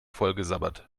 vollgesabbert